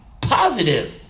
positive